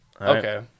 okay